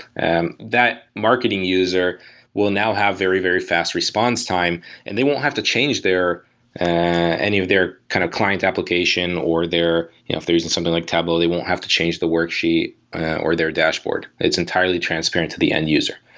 and that marketing user will now have very, very fast response time and they won't have to change um any of their kind of client application or you know if they're using something like tableau, they won't have to change the worksheet or their dashboard. it's entirely transparent to the end user.